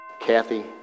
Kathy